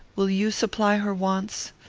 will you supply her wants?